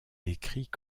décrit